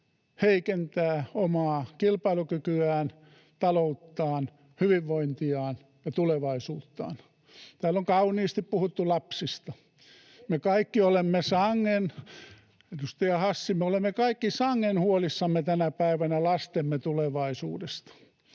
heikentää omaa kilpailukykyään, talouttaan, hyvinvointiaan ja tulevaisuuttaan. Täällä on kauniisti puhuttu lapsista. Me kaikki olemme sangen… [Satu Hassin välihuuto]